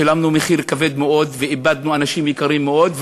שילמנו מחיר כבד מאוד ואיבדנו אנשים יקרים מאוד,